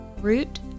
Root